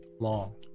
long